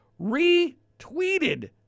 retweeted